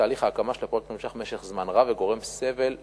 תהליך ההקמה של הפרויקט נמשך זמן רב וגורם סבל לתושבים.